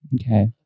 Okay